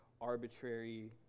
arbitrary